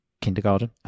kindergarten